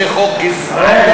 זה חוק גזעני,